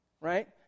Right